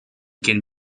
can